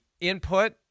input